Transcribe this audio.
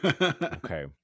okay